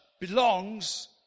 belongs